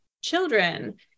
children